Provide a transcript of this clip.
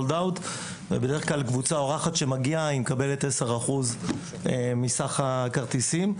בדרך כלל קבוצה אורחת שמגיעה מקבלת 10% מסך הכרטיסים.